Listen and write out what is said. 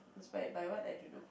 inspired by what I don't know